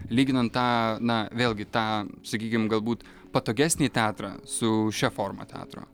lyginant tą na vėlgi tą sakykim galbūt patogesnį teatrą su šia forma teatro